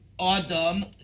Adam